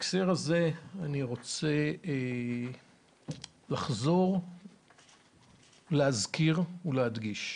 בהקשר הזה אני רוצה לחזור להזכיר ולהדגיש: